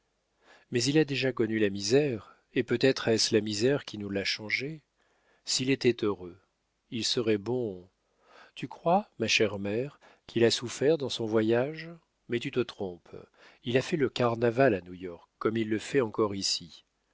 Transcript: mais il a déjà connu la misère et peut-être est-ce la misère qui nous l'a changé s'il était heureux il serait bon tu crois ma chère mère qu'il a souffert dans son voyage mais tu te trompes il a fait le carnaval à new-york comme il le fait encore ici